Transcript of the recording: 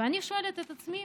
ואני שואלת את עצמי